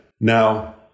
Now